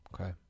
Okay